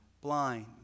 blind